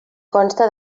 consta